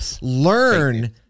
learn